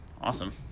Awesome